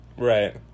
Right